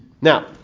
Now